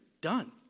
done